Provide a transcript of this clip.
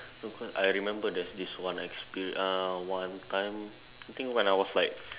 so called I remember there's this one experie~ uh one time I think when I was like